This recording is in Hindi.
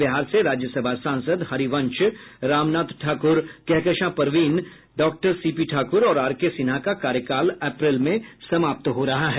बिहार से राज्यसभा सांसद Harivansh Ramnath Thakur Kahkashan Parveen doctor C P Thakur और आर के सिन्हा का कार्यकाल अप्रैल में समाप्त हो रहा है